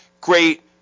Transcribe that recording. great